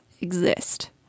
exist